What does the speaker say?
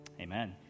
amen